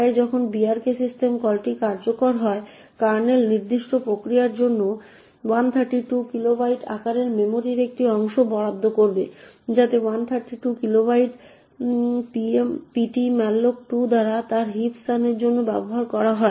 তাই যখন brk system কলটি কার্যকর হয় কার্নেল নির্দিষ্ট প্রক্রিয়ার জন্য 132 কিলোবাইট আকারের মেমরির একটি অংশ বরাদ্দ করবে যাতে 132 কিলোবাইট ptmalloc2 দ্বারা তার হিপ স্থানের জন্য ব্যবহার করা হয়